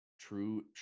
true